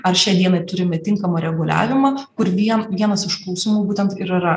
ar šiai dienai turime tinkamą reguliavimą kur vien vienas iš klausimų būtent ir yra